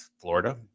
Florida